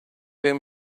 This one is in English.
them